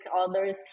others